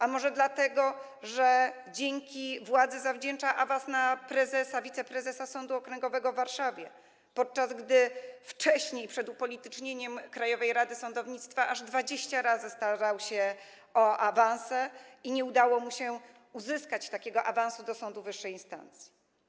A może dlatego, że dzięki władzy zawdzięcza awans na wiceprezesa Sądu Okręgowego w Warszawie, podczas gdy wcześniej, przed upolitycznieniem Krajowej Rady Sądownictwa, aż 20 razy starał się o awanse i nie udało mu się uzyskać takiego awansu do sądu wyższej instancji?